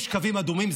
יש קווים אדומים.